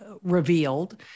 revealed